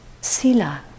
sila